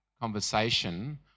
conversation